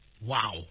Wow